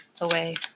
away